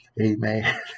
Amen